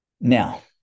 now